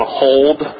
hold